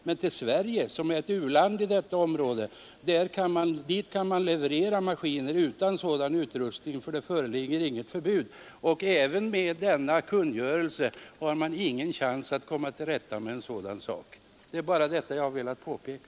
Men till Sverige, som är ett u-land på detta område, kan man direktleverera maskiner utan störningsskyddsutrustning. Det råder inget förbud i det fallet. Och inte heller med de bestämmelser som nu håller på att utarbetas har vi någon chans att komma till rätta med störningarna. Det är bara den saken jag här har velat påpeka.